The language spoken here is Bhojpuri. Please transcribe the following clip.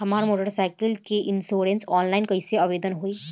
हमार मोटर साइकिल के इन्शुरन्सऑनलाइन कईसे आवेदन होई?